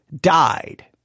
died